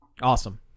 Awesome